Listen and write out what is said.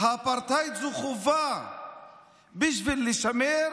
האפרטהייד זה חובה בשביל לשמר